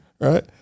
right